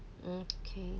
okay